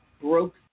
broke